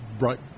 right